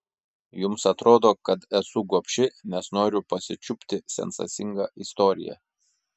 jums atrodo kad esu gobši nes noriu pasičiupti sensacingą istoriją